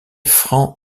francs